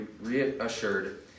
reassured